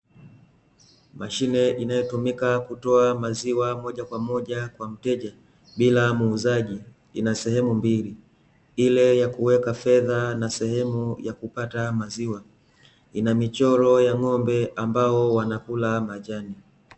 Mashine inayotumika kutoa maziwa moja kwa moja kwa mteja bila muuzaji ina sehemu mbili, ile ya kuweka fedha na sehemu ya kupata maziwa. Ina michoro ya ng'ombe ambao wanakula majani.